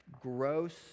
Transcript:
gross